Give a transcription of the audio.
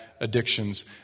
addictions